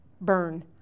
burn